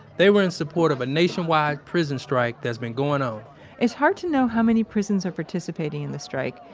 they were in support of a nationwide prison strike that's been going on it's hard to know how many prisons are participating in the strike,